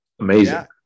Amazing